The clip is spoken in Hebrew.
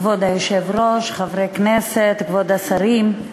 כבוד היושב-ראש, חברי כנסת, כבוד השרים,